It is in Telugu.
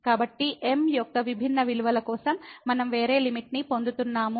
కాబట్టి m యొక్క విభిన్న విలువల కోసం మనం వేరే లిమిట్ ని పొందుతున్నాము